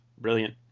Brilliant